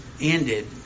ended